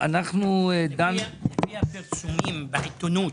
לפי הפרסומים בעיתונות,